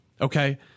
okay